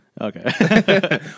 Okay